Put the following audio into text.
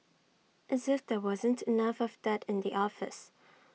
as if there wasn't enough of that in the office